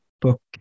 book